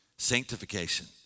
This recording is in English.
Sanctification